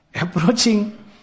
Approaching